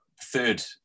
third